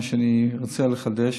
מה שאני רוצה לחדש,